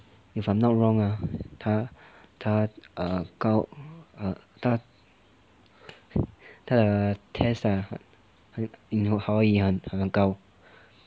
if I'm not wrong ah 他他 err 高 err 他他的 test ah you know 华语啊很高